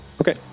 Okay